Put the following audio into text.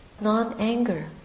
non-anger